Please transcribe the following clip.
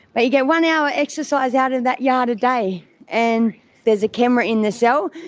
but you get one hour exercise out in that yard a day and there's a camera in the cell.